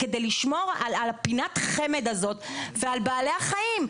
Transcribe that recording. על מנת לשמור על פינת החמד הזו ועל בעלי החיים.